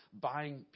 buying